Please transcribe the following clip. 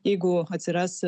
jeigu atsiras